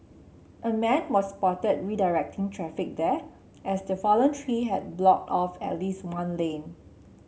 a man was spotted redirecting traffic there as the fallen tree had blocked off at least one lane